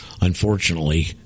unfortunately